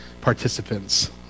participants